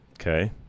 Okay